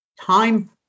time